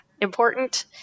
important